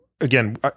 again